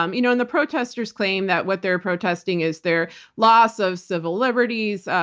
um you know and the protestors claim that what they're protesting is their loss of civil liberties,